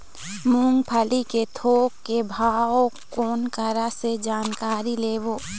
मूंगफली के थोक के भाव कोन करा से जानकारी लेबो?